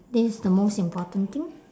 this is the most important thing